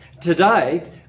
Today